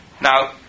Now